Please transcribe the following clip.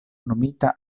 nomita